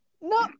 No